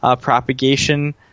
propagation